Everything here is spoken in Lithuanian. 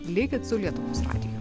likit su lietuvos radiju